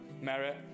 merit